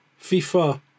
FIFA